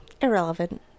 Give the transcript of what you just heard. Irrelevant